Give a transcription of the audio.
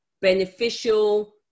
beneficial